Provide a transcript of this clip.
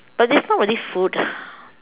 but this is not really food